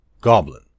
Goblin